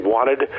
Wanted